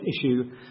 issue